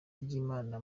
ry’imana